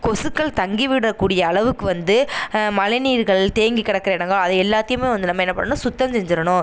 கொசுக்கள் தங்கி விடக்கூடிய அளவுக்கு வந்து மழை நீர்கள் தேங்கி கிடக்குற இடங்கள் அது எல்லாத்தையுமே வந்து நம்ம என்ன பண்ணணும் சுத்தம் செஞ்சிடணும்